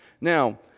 Now